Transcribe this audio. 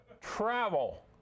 Travel